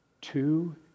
Two